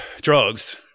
drugs